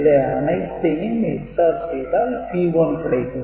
இது அனைத்தையும் XOR செய்தால் P1 கிடைக்கும்